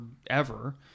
forever